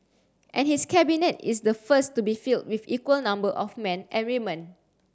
and his Cabinet is the first to be filled with equal number of men and women